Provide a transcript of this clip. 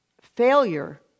failure